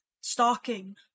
stalking